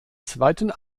zweiten